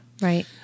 Right